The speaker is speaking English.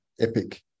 epic